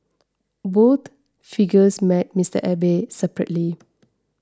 both figures met Mister Abe separately